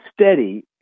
steady